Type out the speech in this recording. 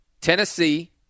Tennessee